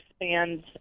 expand